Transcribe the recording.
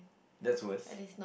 that's worst